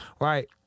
right